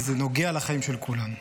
כי זה נוגע לחיים של כולם.